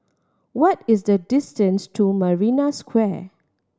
what is the distance to Marina Square